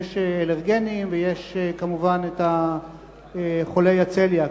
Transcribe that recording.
יש אלרגים ויש כמובן חולי הצליאק.